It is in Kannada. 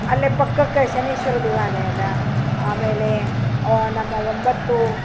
ಅಲ್ಲೆ ಪಕ್ಕಕ್ಕ ಶನೇಶ್ವರ ದೇವಾಲಯ ಅದ ಆಮೇಲೆ ನಮ್ಮ ಒಂಬತ್ತು